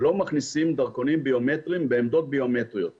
שלא מכניסים דרכונים ביומטריים בעמדות ביומטריות בכניסה.